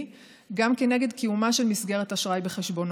גם כנגד קיומה של מסגרת אשראי בחשבונו.